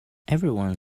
everyone